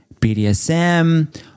BDSM